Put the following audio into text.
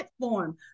platform